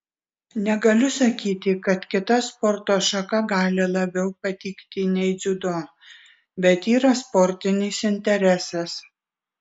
negaliu sakyti kad kita sporto šaka gali labiau patikti nei dziudo bet yra sportinis interesas